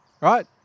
right